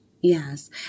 Yes